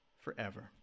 forever